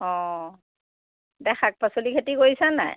অঁ এতিয়া শাক পাচলি খেতি কৰিছে নাই